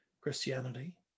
Christianity